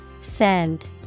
Send